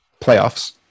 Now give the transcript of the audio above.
playoffs